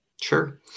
Sure